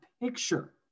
picture